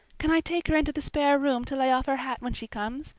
can i take her into the spare room to lay off her hat when she comes?